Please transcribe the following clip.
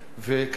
וכידוע,